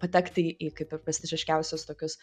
patekti į kaip ir prestižiškiausius tokius